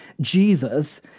Jesus